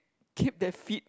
keep that feet